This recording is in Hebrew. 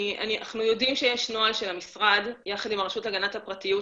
אנחנו יודעים שיש נוהל של המשרד יחד עם הרשות להגנת הפרטיות,